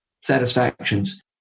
satisfactions